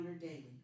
daily